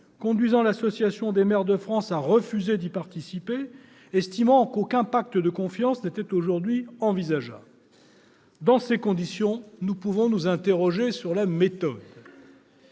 conduit l'Association des maires de France à refuser d'y participer, aucun « pacte de confiance » n'étant, selon elle, aujourd'hui envisageable. Dans ces conditions, nous pouvons nous interroger sur une méthode